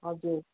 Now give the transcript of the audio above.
हजुर